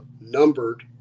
numbered